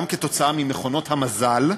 גם כתוצאה ממכונות המזל,